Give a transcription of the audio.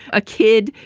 a kid,